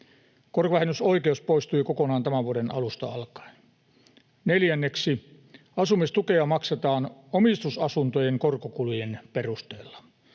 Korkovähennysoikeus poistui kokonaan tämän vuoden alusta alkaen. Neljänneksi: Asumistukea maksetaan omistusasuntojen korkokulujen perusteella.